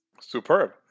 Superb